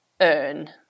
earn